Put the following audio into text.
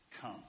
Come